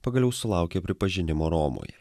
pagaliau sulaukė pripažinimo romoje